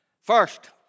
First